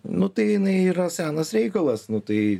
nu tai jinai yra senas reikalas nu tai